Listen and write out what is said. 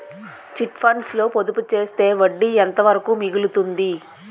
Chit funds లో పొదుపు చేస్తే వడ్డీ ఎంత వరకు మిగులుతుంది?